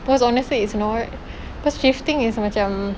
cause honestly it's not cause thrifting is macam